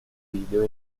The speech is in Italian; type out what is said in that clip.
video